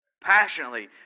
Passionately